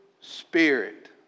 spirit